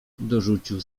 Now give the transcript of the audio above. dorzucił